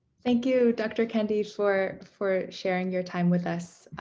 thank you, dr. kendi, for for sharing your time with us.